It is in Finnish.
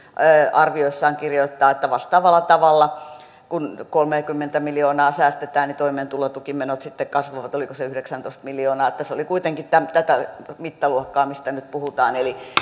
arvioissaan kirjoittaa että vastaavalla tavalla kun kolmekymmentä miljoonaa säästetään toimeentulotukimenot sitten kasvavat oliko se yhdeksäntoista miljoonaa se oli kuitenkin tätä mittaluokkaa mistä nyt puhutaan eli